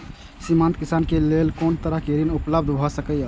सीमांत किसान के लेल कोन तरहक ऋण उपलब्ध भ सकेया?